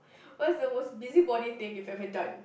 what's the most busybody thing you've ever done